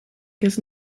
kinst